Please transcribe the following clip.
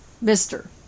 mister